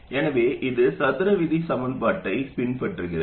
எனவே இது சதுர விதி சமன்பாட்டைப் பின்பற்றுகிறது